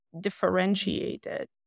differentiated